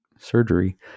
surgery